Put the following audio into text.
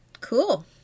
Cool